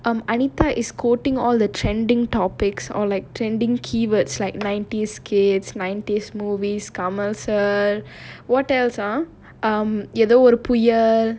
um anita is quoting all the trending topics or like trending keywords like nineties kids nineties movies commercial what else ah um kamal மாதிரி ஒரு:maadhiri oru